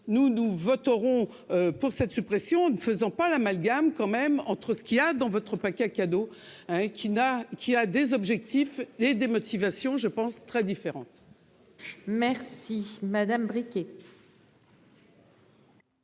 Nous, nous voterons. Pour cette suppression, ne faisons pas l'amalgame, quand même, entre ce qu'il a dans votre paquet cadeau hein et qui n'a qui a des objectifs et des motivations je pense très différentes. Merci madame briqué.